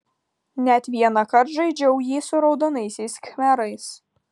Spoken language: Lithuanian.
net vienąkart žaidžiau jį su raudonaisiais khmerais